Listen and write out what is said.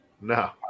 No